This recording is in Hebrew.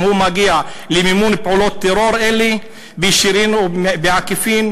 אם הוא מגיע למימון פעולות טרור אלה במישרין או בעקיפין?